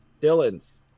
Dylan's